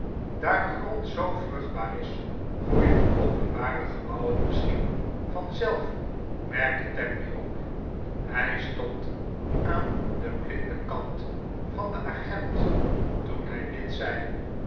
daar de grond zoo vruchtbaar is groeien de openbare gebouwen misschien vanzelf merkte tapley op hij stond aan den blinden kant van den agent toen hij dit zei